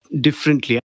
differently